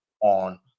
on